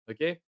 Okay